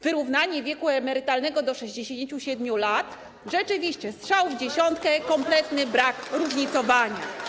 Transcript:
Wyrównanie wieku emerytalnego do 67 lat - rzeczywiście strzał w dziesiątkę, kompletny brak różnicowania.